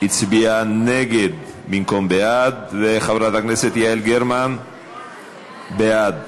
הצביעה נגד במקום בעד, וחברת הכנסת יעל גרמן, בעד.